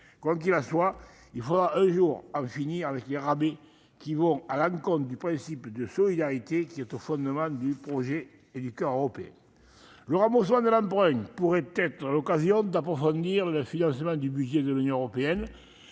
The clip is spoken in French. Quoi qu'il en soit, il faudra en finir un jour avec les rabais, lesquels vont à l'encontre du principe de solidarité qui est au fondement du projet européen. Le remboursement de l'emprunt pourrait être l'occasion d'approfondir le financement du budget de l'Union européenne.